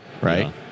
right